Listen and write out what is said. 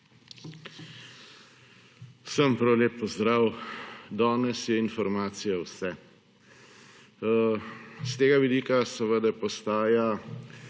Vsem prav lep pozdrav! Danes je informacija vse. S tega vidika, seveda, postaja